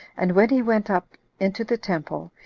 and when he went up into the temple,